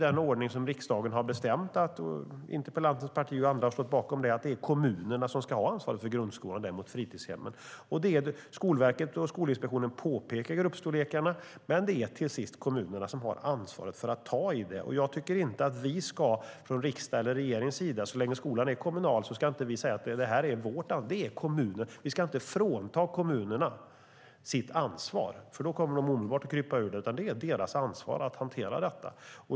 Den ordning som riksdagen har bestämt och som interpellantens parti och andra har stått bakom är att kommunerna ska ha ansvaret för grundskolan och därmed fritidshemmen. Skolverket och Skolinspektionen påpekar gruppstorlekarna, men det är till sist kommunerna som har ansvaret. Jag tycker inte att vi från riksdagens eller regeringens sida - så länge skolan är kommunal - ska säga att det är vårt ansvar, utan det är kommunernas ansvar. Vi ska inte frånta kommunerna deras ansvar, för då kommer de omedelbart att krypa ur det, utan det är deras ansvar att hantera detta.